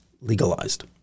legalized